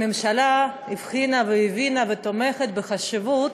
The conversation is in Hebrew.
שהממשלה הבחינה והבינה ותומכת בחשיבות